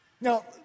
Now